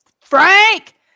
Frank